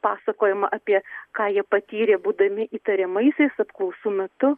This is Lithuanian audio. pasakojama apie ką jie patyrė būdami įtariamaisiais apklausų metu